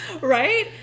Right